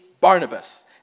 Barnabas